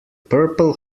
purple